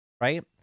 right